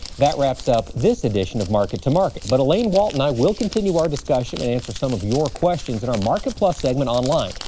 that wraps up this edition of market to market. but elaine, walt and i will continue our discussion and answer some of your questions in our market plus segment online.